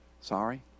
Sorry